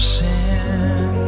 sin